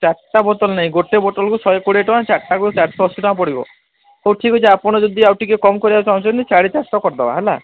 ଚାରଟା ବୋତଲ୍ ନାଇଁ ଗୋଟେ ବୋଟଲ୍କୁ ଶହେ କୋଡ଼ିଏ ଟଙ୍କା ଚାରଟାକୁ ଚାରଶ ଅଶୀ ଟଙ୍କା ପଡ଼ିବ ହଉ ଠିକ ଅଛି ଆପଣ ଯଦି ଆଉ ଟିକେ କମ କରିବାକୁ ଚାହୁଁଛନ୍ତି ସାଢ଼େ ଚାରିଶହ କରିଦେବା ହେଲା